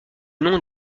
nom